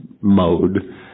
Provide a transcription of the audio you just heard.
mode